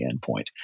endpoint